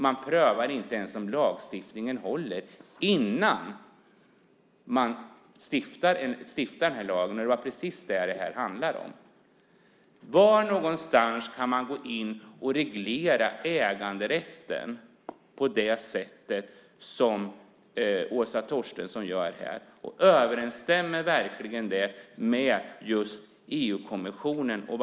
Man prövar inte ens om lagstiftningen håller innan man stiftar lagen. Det var precis det som det här handlade om. Var kan man gå in och reglera äganderätten på det sätt som Åsa Torstensson här gör? Överensstämmer det verkligen med vad de säger i EU-kommissionen?